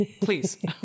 please